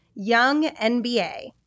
YoungNBA